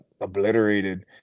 obliterated